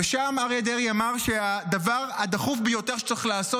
ושם אריה דרעי אמר שהדבר הדחוף ביותר שצריך לעשות